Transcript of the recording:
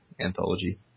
anthology